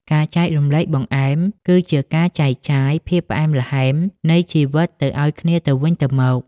ការចែករំលែកបង្អែមគឺជាការចែកចាយ "ភាពផ្អែមល្ហែម" នៃជីវិតទៅឱ្យគ្នាទៅវិញទៅមក។